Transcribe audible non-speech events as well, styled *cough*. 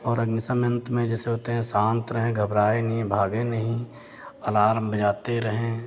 और अग्निशमन *unintelligible* में जैसे होते हैं शांत रहें घबराए नहीं भागे नहीं अलार्म बजाते रहें